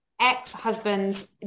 ex-husbands